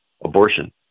abortion